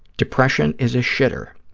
depression is a shitter.